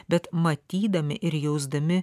bet matydami ir jausdami